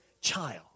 child